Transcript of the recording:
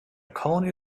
colony